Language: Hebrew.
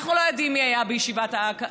אנחנו לא יודעים מי היה בישיבת הקבינט,